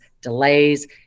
delays